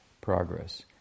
progress